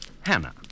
Hannah